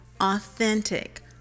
authentic